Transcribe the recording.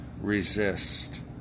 resist